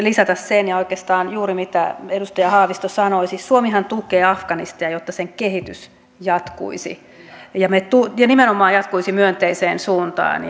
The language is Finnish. lisätä ja oikeastaan juuri sen mitä edustaja haavisto sanoi suomihan tukee afganistania jotta sen kehitys jatkuisi ja nimenomaan jatkuisi myönteiseen suuntaan